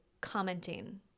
commenting